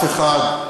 אף אחד,